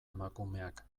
emakumeak